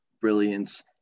brilliance